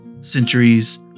centuries